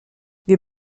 wir